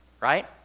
right